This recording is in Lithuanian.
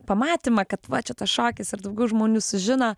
pamatymą kad va čia tas šokis ir daugiau žmonių sužino